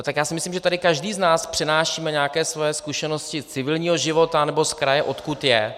Tak já si myslím, že tady každý z nás přenášíme nějaké svoje zkušenosti z civilního života, nebo z kraje, odkud je.